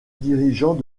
dirigeant